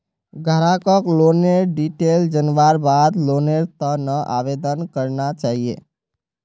ग्राहकक लोनेर डिटेल जनवार बाद लोनेर त न आवेदन करना चाहिए